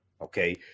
Okay